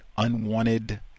unwanted